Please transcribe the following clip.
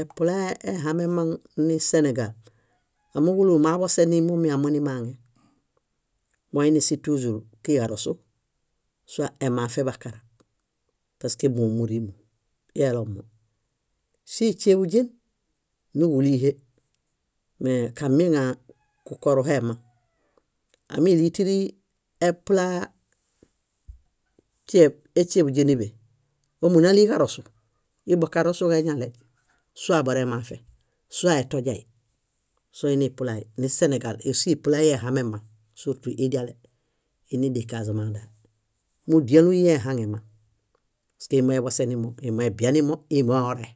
Eplahe ehamemaŋ nisenegal, amooġo úlu úlu moo aḃosenimomi aa monimaŋe. Moini si túĵur kiġarosu sua emafe bakara; paske móo mórimo, íi elomo. Síi śéḃuźen, níġulihe. Mee kamieŋa kukoruhemaŋ. Ámili tíri epla śieb éśieḃuźie níḃe, ómu náli ġarosu, íi boo karosuġo eñaley sua emafe sua etoźay, soini iplai, ni seneġal, ósuhi iplai ehamemaŋ, súrtu íi diale, íi nidi kazama dae. Múdialui íi ehaŋemaŋ, paske íi moeḃosenimo, íi mebinimo, íi moeore,